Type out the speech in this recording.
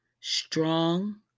strong